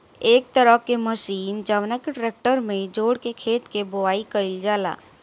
एक तरह के मशीन जवना के ट्रेक्टर में जोड़ के खेत के बोआई कईल जाला